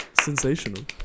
Sensational